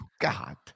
God